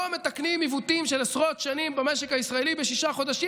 לא מתקנים עיוותים של עשרות שנים במשק הישראלי בשישה חודשים.